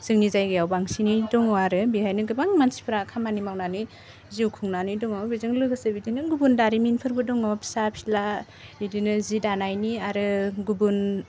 जोनि जायगायाव बांसिनै दङ आरो बेहायनो गोबां मानसिफ्रा खामानि मावनानै जिउ खुंनानै दङ बेजों लोगोसे बिदिनो गुबुन दारिमिनफोरबो दङ फिसा फिला बिदिनो जि दानायनि आरो गुबुन